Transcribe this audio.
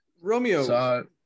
romeo